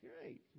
Great